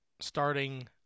starting